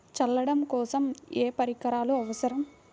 చల్లడం కోసం ఏ పరికరాలు అవసరం?